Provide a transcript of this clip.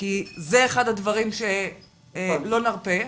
זה אחד הדברים שלא נרפה.